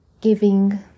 giving